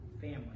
family